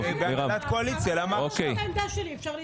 זו עמדתי, אפשר להתקדם.